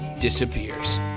disappears